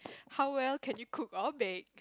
how well can you cook or bake